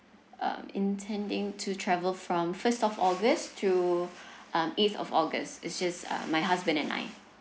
um intending to travel from first of august to um eighth of august it's just uh my husband and I